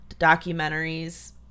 documentaries